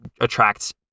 attracts